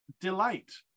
delight